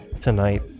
tonight